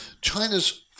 China's